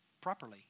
properly